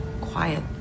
quiet